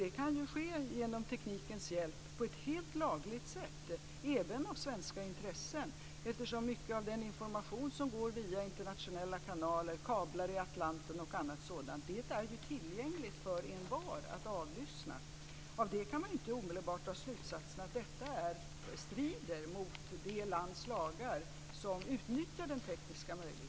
Det kan ske genom teknikens hjälp, på ett helt lagligt sätt - även av svenska intressen - eftersom mycket av den information som går via internationella kanaler, kablar i Atlanten och annat sådant, är tillgänglig för envar att avlyssna. Av det kan man inte omedelbart dra slutsatsen att detta strider mot lagarna i det land som utnyttjar den tekniska möjligheten.